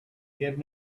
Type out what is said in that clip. give